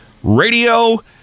Radio